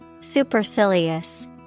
Supercilious